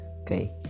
okay